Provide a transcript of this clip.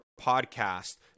podcast